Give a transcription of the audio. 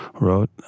wrote